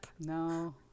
No